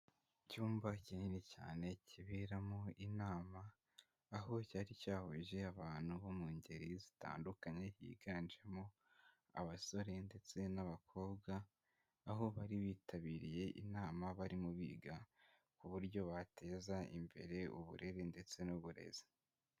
Icyumba kinini cyane kiberamo inama, aho cyari cyahurije abantu bo mu ngeri zitandukanye higanjemo abasore ndetse n'abakobwa, aho bari bitabiriye inama barimo biga ku buryo bateza imbere uburere ndetse n'uburezi.